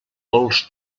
pols